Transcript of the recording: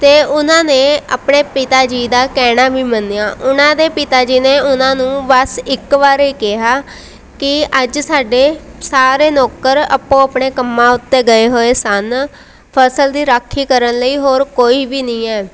ਅਤੇ ਉਹਨਾਂ ਨੇ ਆਪਣੇ ਪਿਤਾ ਜੀ ਦਾ ਕਹਿਣਾ ਵੀ ਮੰਨਿਆ ਉਹਨਾਂ ਦੇ ਪਿਤਾ ਜੀ ਨੇ ਉਹਨਾਂ ਨੂੰ ਬਸ ਇੱਕ ਵਾਰ ਹੀ ਕਿਹਾ ਕਿ ਅੱਜ ਸਾਡੇ ਸਾਰੇ ਨੌਕਰ ਆਪੋ ਆਪਣੇ ਕੰਮਾਂ ਉੱਤੇ ਗਏ ਹੋਏ ਸਨ ਫਸਲ ਦੀ ਰਾਖੀ ਕਰਨ ਲਈ ਹੋਰ ਕੋਈ ਵੀ ਨਹੀਂ ਹੈ